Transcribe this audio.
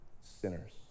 sinners